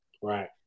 Right